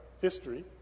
history